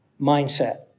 mindset